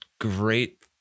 great